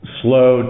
slow